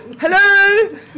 hello